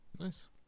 Nice